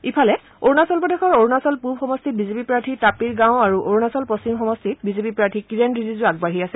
ইফালে অৰুণাচল প্ৰদেশৰ অৰুণাচল পূব সমষ্টিত বিজেপি প্ৰাৰ্থী তাপিৰ গাও আৰু অৰুণাচল পশ্চিম সমষ্টিত বিজেপি প্ৰাৰ্থী কিৰেণ ৰিজিজু আগবাঢ়ি আছে